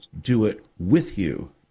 do-it-with-you